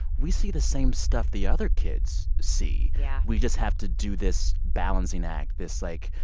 we see the same stuff the other kids see. yeah we just have to do this balancing act, this, like,